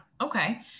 okay